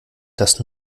das